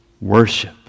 worship